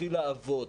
מתחיל לעבוד.